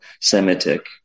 Semitic